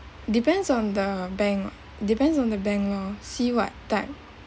depends on the bank depends on the bank lor see what type